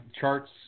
Charts